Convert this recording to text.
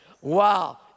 Wow